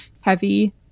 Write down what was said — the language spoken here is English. heavy